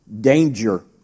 danger